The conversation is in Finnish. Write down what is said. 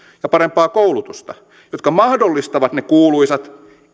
ja parempaa koulutusta jotka mahdollistavat ne kuuluisat